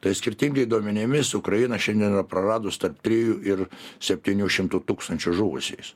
tais skirtingai duomenimis ukraina šiandien praradus tarp trijų ir septynių šimtų tūkstančių žuvusiais